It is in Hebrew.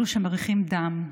אלו שמריחים דם,